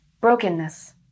brokenness